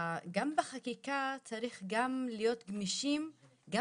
גם בחקיקה צריך גם להיות גמישים גם